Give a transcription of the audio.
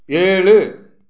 ஏழு